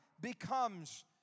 becomes